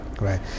Right